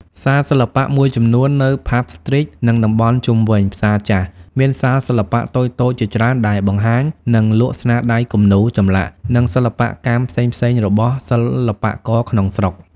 សាលសិល្បៈមួយចំនួននៅ ផ៉ាប់ ស្រ្ទីត និង តំបន់ជុំវិញ ផ្សារចាស់ មានសាលសិល្បៈតូចៗជាច្រើនដែលបង្ហាញ និងលក់ស្នាដៃគំនូរ ចម្លាក់ និងសិប្បកម្មផ្សេងៗរបស់សិល្បករក្នុងស្រុក។